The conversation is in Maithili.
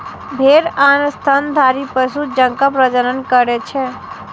भेड़ आन स्तनधारी पशु जकां प्रजनन करै छै